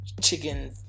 chicken